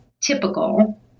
typical